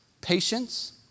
patience